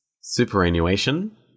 Superannuation